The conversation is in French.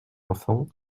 enfant